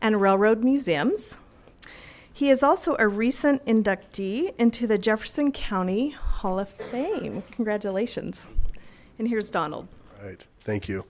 and railroad museums he is also a recent inductee into the jefferson county hall of fame congratulations and here's donald thank you